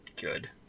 good